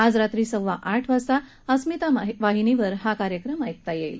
आज रात्री सव्वा आठ वाजता अस्मिता वाहिनीवर हा कार्यक्रम ऐकता येईल